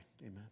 Amen